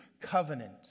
covenant